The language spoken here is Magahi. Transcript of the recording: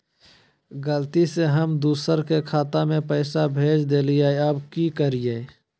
गलती से हम दुसर के खाता में पैसा भेज देलियेई, अब की करियई?